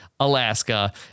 Alaska